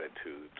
attitude